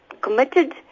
committed